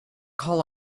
call